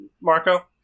Marco